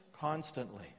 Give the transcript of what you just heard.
constantly